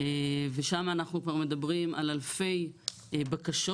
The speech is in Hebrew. שם אנחנו כבר מדברים על אלפי בקשות,